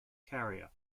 carrier